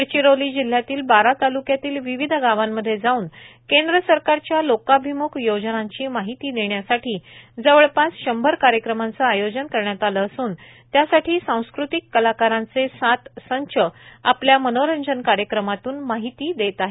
गडचिरोली जिल्ह्यातील बारा ताल्क्यातील विविध गावांमध्ये जाऊन केंद्र सरकारच्या लोकाभिम्ख योजनांची माहिती देण्यासाठी जवळपास शंभर कार्यक्रमांचे आयोजन करण्यात आले असून त्यासाठी सांस्कृतिक कलाकारांचे सात संच आपल्या मनोरंजन कार्यक्रमातून माहिती देत आहेत